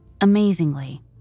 amazingly